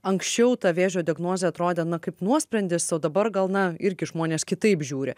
anksčiau ta vėžio diagnozė atrodė na kaip nuosprendis o dabar gal na irgi žmonės kitaip žiūri